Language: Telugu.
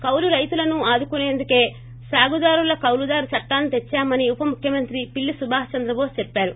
కౌలు రైతులను ఆదుకుసేందుకే సాగుదారుల కౌలుదారు చట్లాన్ని తెద్పామని ఉపముఖ్యమంత్రి పిల్లి సుభాస్ చంద్రబోష్ చెప్పారు